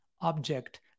object